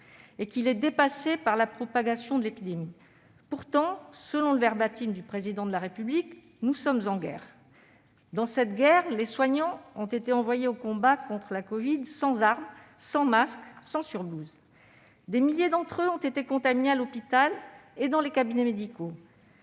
et qu'il est dépassé par la propagation du covid-19. Pourtant, selon le verbatim du Président de la République, « nous sommes en guerre ». Dans cette guerre, les soignants ont été envoyés au combat contre la covid-19 sans armes, sans masques et sans surblouses. Des milliers d'entre eux ont été contaminés à l'hôpital et dans les cabinets médicaux.